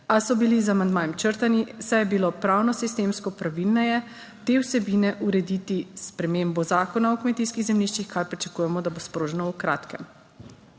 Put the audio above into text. a so bili z amandmajem črtani, saj je bilo pravno sistemsko pravilneje te vsebine urediti s spremembo Zakona o kmetijskih zemljiščih, kar pričakujemo, da bo sproženo v kratkem.